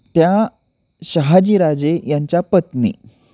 त्या शहाजीराजे यांच्या पत्नी